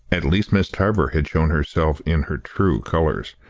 at least miss tarver had shown herself in her true colours,